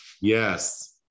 Yes